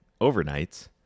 overnights